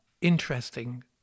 interesting